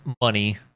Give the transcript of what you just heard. money